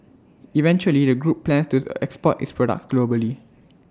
eventually the group plans to export its products globally